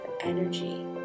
energy